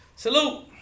Salute